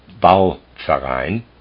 Bauverein